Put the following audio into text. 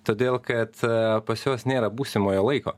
todėl kad pas juos nėra būsimojo laiko